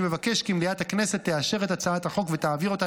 אני מבקש כי מליאת הכנסת תאשר את הצעת החוק ותעביר אותה